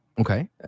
Okay